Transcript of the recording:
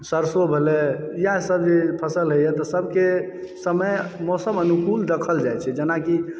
सरसो भेलय इएहसभ जे फसल होइए तऽ सभके समय मौसम अनुकूल देखल जाइत छै जेनाकि